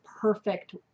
perfect